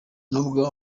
nubwo